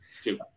two